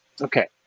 Okay